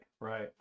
right